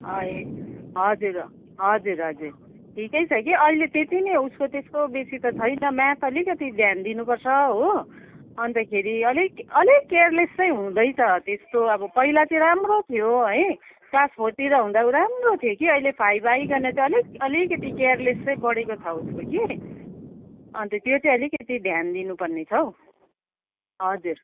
अँ ए हजुर हजुर हजुर ठिकै छ कि अहिले त्यति नै उसको त्यस्तो बेसी त छैन म्याथ अलिकति ध्यान दिनुपर्छ हो अन्तखेरि अलिक अलिक क्यारलेस हुँदैछ त्यस्तो पहिला चाहिँ राम्रो थियो है क्लास फोरतिर हुँदा ऊ राम्रो थियो कि अहिले फाइभ आइकन चाहिँ अलिक अलिकति क्यारलेस चाहिँ बढेको छ उसको कि अन्त त्यो चाहिँ अलिकति ध्यान दिनुपर्ने छ हौ हजुर